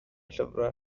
llyfrau